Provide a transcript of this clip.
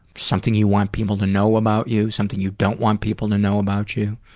something you want people to know about you, something you don't want people to know about you.